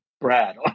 Brad